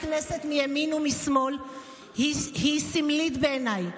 כנסת מימין ומשמאל היא סמלית בעיניי,